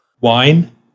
Wine